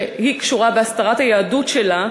היא קשורה בהסתרת היהדות שלה,